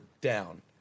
down